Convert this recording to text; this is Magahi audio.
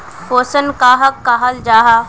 पोषण कहाक कहाल जाहा जाहा?